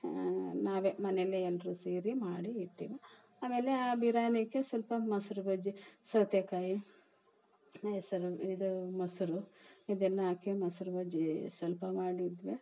ನಾವೆ ಮನೆಯಲ್ಲೇ ಎಲ್ಲರೂ ಸೇರಿ ಮಾಡಿ ಇಟ್ಟೆವು ಆಮೇಲೆ ಆ ಬಿರ್ಯಾನಿಗೆ ಸ್ವಲ್ಪ ಮೊಸರು ಬಜ್ಜಿ ಸೌತೆಕಾಯಿ ಎಸರು ಇದೂ ಮೊಸರು ಇದನ್ನು ಹಾಕಿ ಮೊಸರು ಬಜ್ಜೀ ಸ್ವಲ್ಪ ಮಾಡಿದ್ವಿ